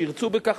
כשירצו בכך,